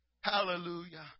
Hallelujah